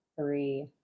three